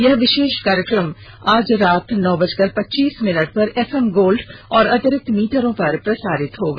यह विशेष कार्यक्रम आज रात नौ बजकर पच्चीस मिनट पर एफएम गोल्ड और अतिरिक्त मीटरों पर प्रसारित होगा